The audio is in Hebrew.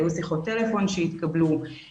היו שיחות טלפון שהתקבלו,